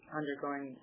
undergoing